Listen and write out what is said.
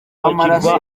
w’amaraso